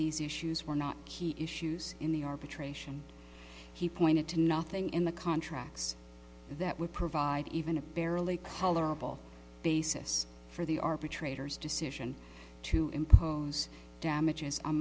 these issues were not key issues in the arbitration he pointed to nothing in the contracts that would provide even a barely colorable basis for the arbitrator's decision to impose damages on